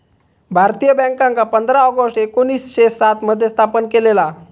भारतीय बॅन्कांका पंधरा ऑगस्ट एकोणीसशे सात मध्ये स्थापन केलेला